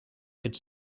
could